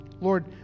Lord